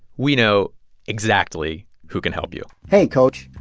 we know exactly who can help you hey, coach,